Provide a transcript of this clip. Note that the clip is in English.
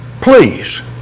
please